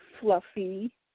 fluffy